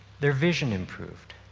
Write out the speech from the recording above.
their vision improved,